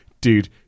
dude